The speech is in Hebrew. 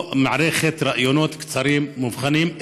או מערכת ראיונות קצרים מאובחנים,